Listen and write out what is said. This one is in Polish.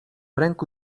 ręku